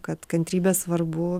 kad kantrybė svarbu